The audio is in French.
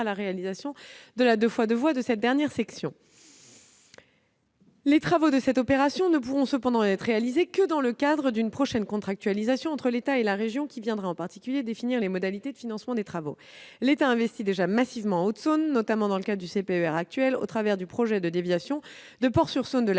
la réalisation de la deux fois deux voies dans cette dernière section. Les travaux de cette opération ne pourront cependant être réalisés que dans le cadre d'une prochaine contractualisation entre l'État et la région, qui viendra, en particulier, définir les modalités de leur financement. L'État investit déjà massivement en Haute-Saône, notamment dans le cadre du CPER actuel, au travers du projet de déviation de Port-sur-Saône sur la